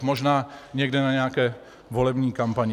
Možná někde na nějaké volební kampani.